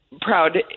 proud